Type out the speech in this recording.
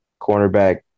cornerback